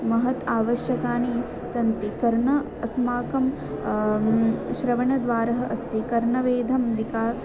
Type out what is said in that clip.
महत् आवश्यकानि सन्ति कर्णः अस्माकं श्रवणद्वारः अस्ति कर्णवेधं विका